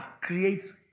creates